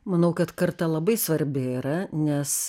manau kad karta labai svarbi yra nes